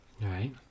Right